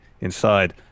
inside